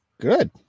Good